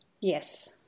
Yes